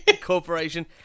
Corporation